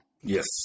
Yes